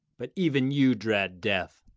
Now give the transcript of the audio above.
but even you dread death.